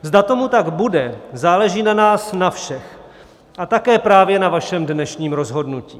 Zda tomu tak bude, záleží na nás na všech a také právě na vašem dnešním rozhodnutí.